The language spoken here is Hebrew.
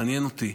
מעניין אותי,